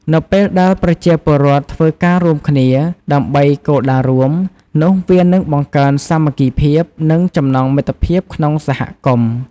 នៅពេលដែលប្រជាពលរដ្ឋ ធ្វើការរួមគ្នាដើម្បីគោលដៅរួម នោះវានឹងបង្កើនសាមគ្គីភាព និងចំណងមិត្តភាពក្នុងសហគមន៍។